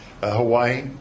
Hawaii